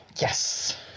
Yes